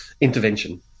intervention